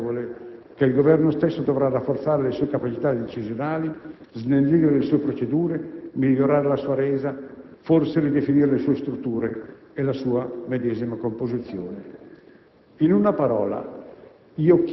assicurandovi che sono ben consapevole che il Governo stesso dovrà rafforzare le sue capacità decisionali, snellire le sue procedure, migliorare la sua resa, forse ridefinire le sue strutture e la sua medesima composizione.